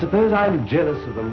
suppose i'm jealous of the